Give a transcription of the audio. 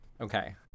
okay